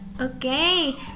okay